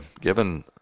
given